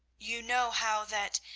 you know how that,